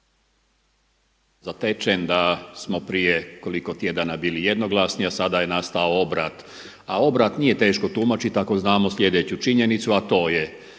zatečen da smo prije koliko tjedana bili jednoglasni a sada je nastao obrat a obrat nije teško tumačiti ako znamo sljedeću činjenicu a to je